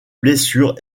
blessure